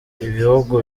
ibihugu